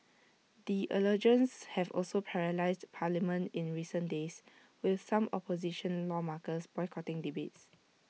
the allegations have also paralysed parliament in recent days with some opposition lawmakers boycotting debates